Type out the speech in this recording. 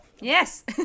Yes